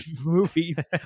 movies